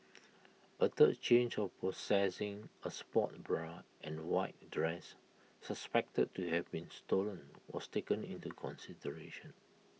A third charge of possessing A sports bra and white dress suspected to have been stolen was taken into consideration